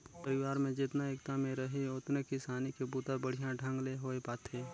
परिवार में जेतना एकता में रहीं ओतने किसानी के बूता बड़िहा ढंग ले होये पाथे